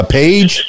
page